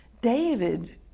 David